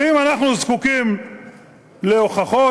ואם אנחנו זקוקים להוכחות,